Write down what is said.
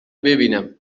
ببینم